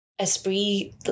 Esprit